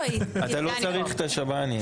אתה לא צריך את השב"נים,